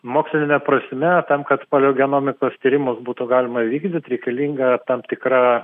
moksline prasme tam kad paliogenomikos tyrimus būtų galima įvykdyt reikalinga tam tikra